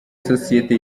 sosiyete